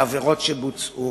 לעבירות שבוצעו,